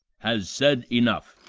has said enough.